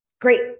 great